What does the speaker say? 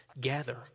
gather